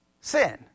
sin